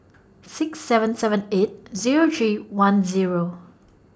six seven seven eight Zero three one Zero